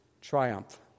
triumph